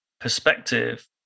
perspective